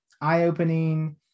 eye-opening